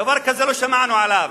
דבר כזה, לא שמענו עליו.